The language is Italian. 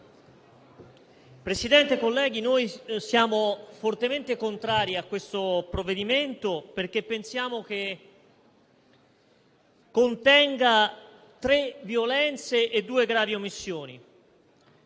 Presidente, colleghi, noi siamo fortemente contrari a questo provvedimento, perché pensiamo che esso contenga tre violenze e due gravi omissioni.